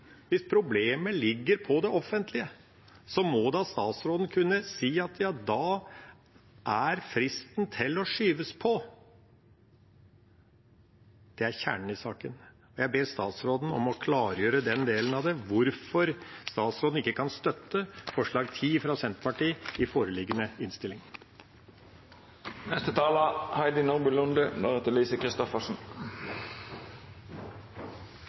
problemet ligger på det offentlige, må da statsråden kunne si: Ja, da er fristen til å skyves på. Det er kjernen i saken. Jeg ber statsråden om å klargjøre den delen av det, hvorfor statsråden ikke kan støtte forslag nr. 10, fra Senterpartiet, i foreliggende